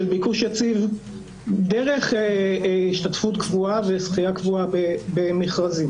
ביקוש יציב דרך השתתפות קבועה וזכייה קבועה במכרזים.